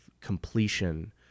completion